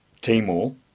Timor